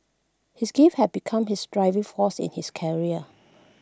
his gift have become his driving force in his career